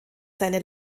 seine